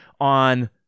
on